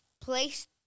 place